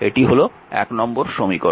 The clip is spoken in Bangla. এটি হল নম্বর সমীকরণ